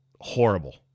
horrible